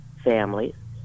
families